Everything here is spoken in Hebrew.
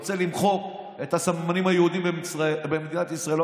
ורוצה למחוק את הסממנים היהודיים במדינת ישראל.